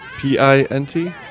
P-I-N-T